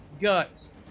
guts